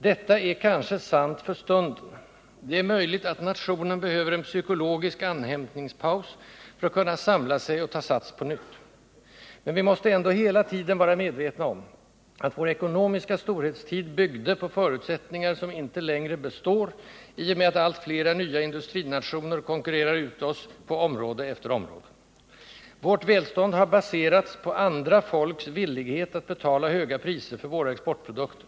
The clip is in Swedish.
Detta är kanske sant för stunden. Det är möjligt att nationen behöver en psykologisk andhämtningspaus för att kunna samla sig och ta sats på nytt. Men vi måste ändå hela tiden vara medvetna om att vår ekonomiska storhetstid byggde på förutsättningar som inte längre består, i och med att allt flera nya industrinationer Nr 23 konkurrerar ut oss på område efter område. Vårt välstånd har baserats på Torsdagen den andra folks villighet att betala höga priser för våra exportprodukter.